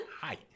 Hi